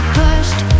pushed